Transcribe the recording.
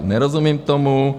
Nerozumím tomu.